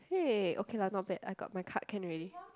!hey! okay lah not bad I got my card can already